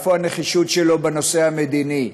איפה הנחישות שלו בנושא המדיני?